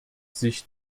sich